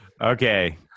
Okay